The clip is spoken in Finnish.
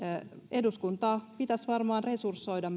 eduskuntaa pitäisi varmaan myös resursoida